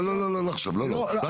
לא לא לא עכשיו אל תחזור.